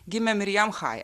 gimė marijam chaj